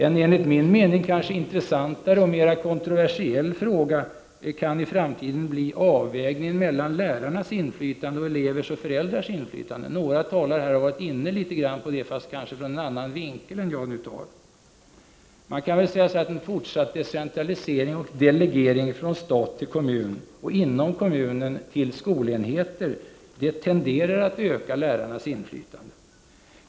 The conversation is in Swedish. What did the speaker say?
En enligt min mening intressantare och mer kontroversiell fråga kan i framtiden bli avvägningen mellan lärarnas inflytande och elevers och föräldrars inflytande. Några talare har här varit inne litet grand på det men tagit upp det från en annan synvinkel än jag nu gör. Man kan säga att en fortsatt decentralisering och delegering från stat till kommun och inom kommunen till skolenheter tenderar att öka lärarnas inflytande.